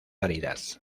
áridas